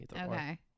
Okay